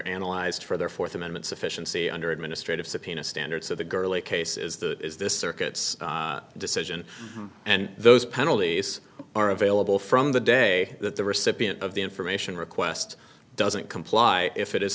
analyzed for their fourth amendment sufficiency under administrative subpoena standards so the girly case is that is this circuit's decision and those penalties are available from the day that the recipient of the information request doesn't comply if it is